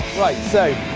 right so,